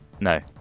No